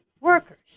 workers